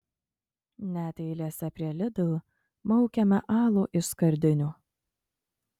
net eilėse prie lidl maukiame alų iš skardinių